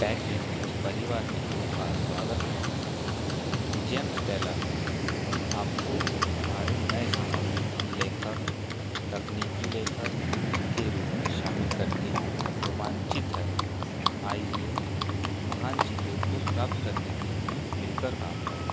Techgenius परिवार में आपका स्वागत है जेम्स टेलर हम आपको हमारे नए सामग्री लेखक तकनीकी लेखक के रूप में शामिल करके रोमांचित है आइए महान चीज़ों को प्राप्त करने के लिए मिलकर काम करें